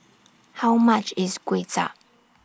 How much IS Kuay Cha